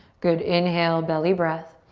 good, inhale, belly breath.